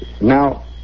Now